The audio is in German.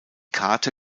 karte